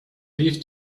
leave